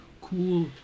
Cool